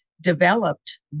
developed